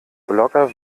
blogger